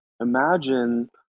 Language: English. imagine